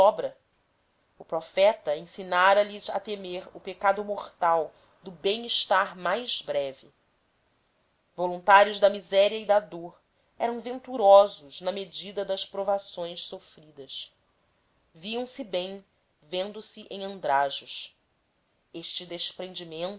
sobra o profeta ensinara lhes a temer o pecado mortal do bem-estar mais breve voluntários da miséria e da dor eram venturosos na medida das provações sofridas viam-se bem vendo-se em andrajos este desprendimento